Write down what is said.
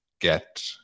get